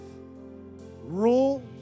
Rule